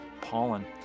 pollen